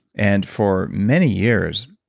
and for many years,